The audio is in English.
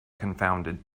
confounded